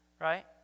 right